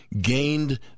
gained